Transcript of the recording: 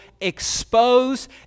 expose